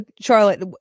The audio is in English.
Charlotte